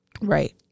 Right